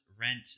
rent